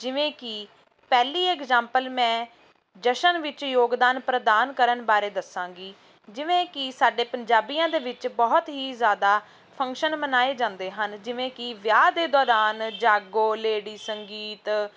ਜਿਵੇਂ ਕਿ ਪਹਿਲੀ ਇਗਜਾਮਪਲ ਮੈਂ ਜਸ਼ਨ ਵਿੱਚ ਯੋਗਦਾਨ ਪ੍ਰਦਾਨ ਕਰਨ ਬਾਰੇ ਦੱਸਾਂਗੀ ਜਿਵੇਂ ਕਿ ਸਾਡੇ ਪੰਜਾਬੀਆਂ ਦੇ ਵਿੱਚ ਬਹੁਤ ਹੀ ਜ਼ਿਆਦਾ ਫੰਕਸ਼ਨ ਮਨਾਏ ਜਾਂਦੇ ਹਨ ਜਿਵੇਂ ਕਿ ਵਿਆਹ ਦੇ ਦੌਰਾਨ ਜਾਗੋ ਲੇਡੀ ਸੰਗੀਤ